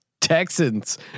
Texans